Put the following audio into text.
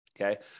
okay